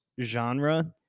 genre